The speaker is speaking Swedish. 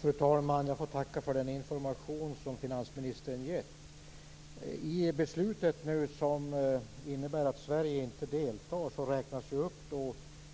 Fru talman! Jag får tacka för den information som finansministern gett. I beslutet som innebär att Sverige inte deltar räknas